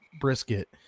brisket